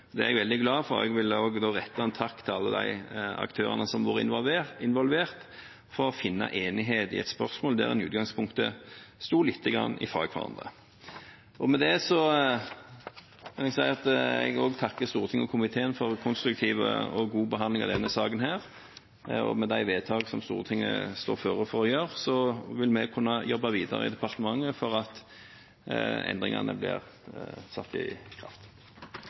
Det er jeg veldig glad for, og jeg vil da også rette en takk til alle aktørene som har vært involvert, for å finne enighet i et spørsmål der en i utgangspunktet sto lite grann fra hverandre. Med det vil jeg si at jeg takker Stortinget og komiteen for konstruktiv og god behandling av denne saken. Med de vedtak Stortinget står foran, vil vi kunne jobbe videre i departementet for at endringene trer i kraft.